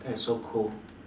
that is so cool